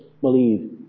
believe